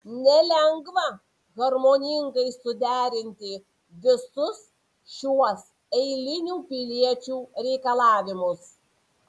nelengva harmoningai suderinti visus šiuos eilinių piliečių reikalavimus